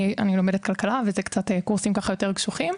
אני לומדת כלכלה ואלו קורסים ככה יותר קשוחים,